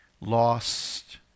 lost